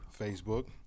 Facebook